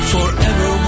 Forever